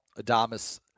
Adamas